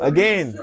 Again